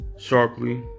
sharply